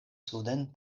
suden